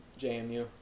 JMU